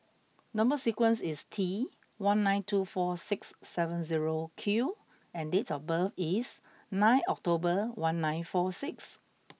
number sequence is T one nine two four six seven zero Q and date of birth is nine October one nine four six